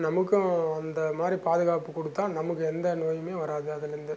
நமக்கும் அந்த மாதிரி பாதுகாப்பு கொடுத்தா நமக்கு எந்த நோயுமே வராது அதுலேருந்து